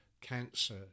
cancer